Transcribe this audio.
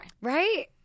Right